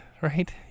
Right